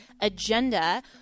agenda